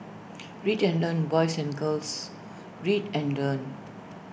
read and learn boys and girls read and learn